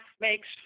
makes